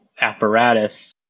apparatus